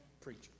preacher